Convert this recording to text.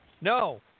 No